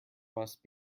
must